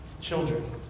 children